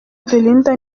belinda